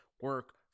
Work